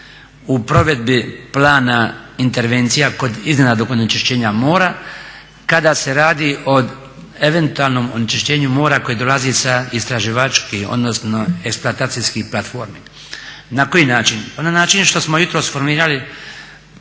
u provedbi plana intervencija kod iznenadnog onečišćenja mora kada se radi o eventualnom onečišćenju mora koje dolazi sa istraživačkih odnosno eksploatacijskih platformi. Na koji način? Pa na način što smo jutros formirali,